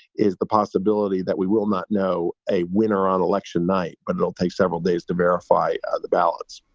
is the possibility that we will not know a winner on election night. but it'll take several days to verify ah the ballots